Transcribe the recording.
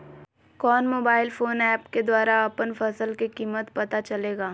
कौन mobile phone app के द्वारा अपन फसल के कीमत पता चलेगा?